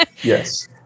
Yes